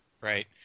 right